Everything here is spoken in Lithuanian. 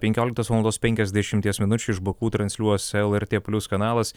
penkioliktos valandos penkiasdešimties minučių iš baku transliuos lrt plius kanalas